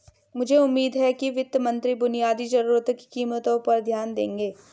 मुझे उम्मीद है कि वित्त मंत्री बुनियादी जरूरतों की कीमतों पर ध्यान देंगे